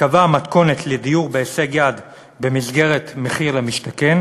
תיקבע מתכונת לדיור בהישג יד במסגרת מחיר למשתכן"